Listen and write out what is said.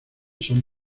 son